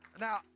Now